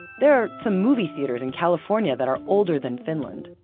there are some movie theaters in california that are older than finland.